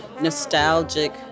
nostalgic